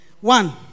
One